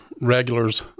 regulars